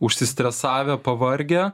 užsistresavę pavargę